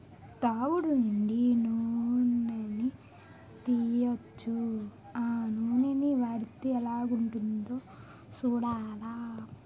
తవుడు నుండి నూనని తీయొచ్చు ఆ నూనని వాడితే ఎలాగుంటదో సూడాల